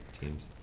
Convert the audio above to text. teams